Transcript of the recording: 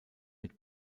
mit